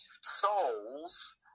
Souls